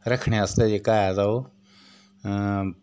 रक्खने आस्तै जेह्का ऐ ते ओह्